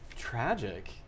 tragic